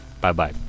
Bye-bye